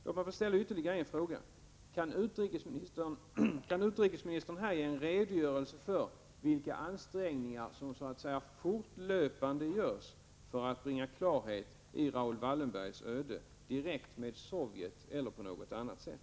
Låt mig få ställa ytterligare en fråga: Kan utrikesministern här ge en redogörelse för vilka ansträngningar som fortlöpande görs för att bringa klarhet i Raoul Wallenbergs öde, direkt genom kontakter med Sovjet eller på något annat sätt?